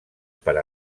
per